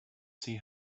see